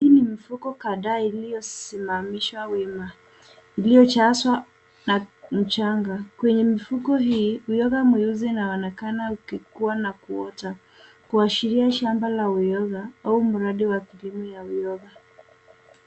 Hii ni mifuko kadhaa iliyosimamishwa wima iliyojazwa mchanga. Kwenye mfuko hii, uyoga mweusi unaonekana ukikua na kuota, kuashiria shamba la uyoga, au mradi wa kilimo ya uyoga.